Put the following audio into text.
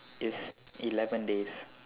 is eleven days